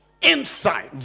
Insight